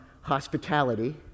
hospitality